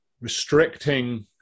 restricting